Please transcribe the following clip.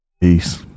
Peace